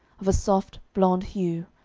of a soft blonde hue,